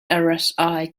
rsi